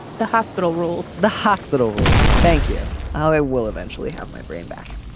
the hospital rules the hospital rules. thank you. i will eventually have my brain back.